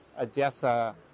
Odessa